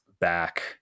back